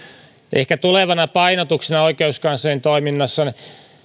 ehkä tulevana painotuksena oikeuskanslerin toiminnassa